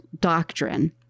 doctrine